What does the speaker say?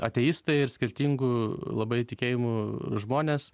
ateistai ir skirtingų labai tikėjimų žmonės